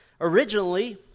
originally